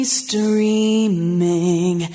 streaming